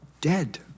Dead